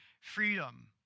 freedom